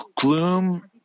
gloom